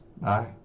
Bye